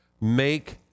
Make